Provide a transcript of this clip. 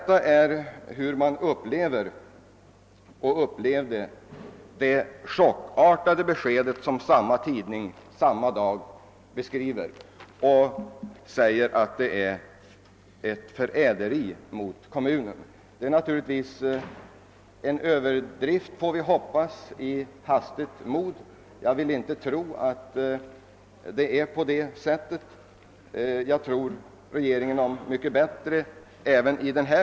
På detta sätt upplever man Stekenjokkbeskedet. som samma tidning refererar på annan plats och säger att det är »ett förräderi mot kommunen». Man får hoppas att det uttrycket är en överdrift och att det är tillkommet i hastigt mod. Jag vill inte tro att det är på det sättet. Jag vill tro regeringen om mycket bättre även i denna fråga.